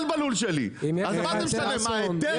בגלל שאנשים